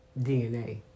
DNA